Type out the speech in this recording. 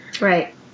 Right